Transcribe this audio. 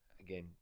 again